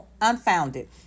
unfounded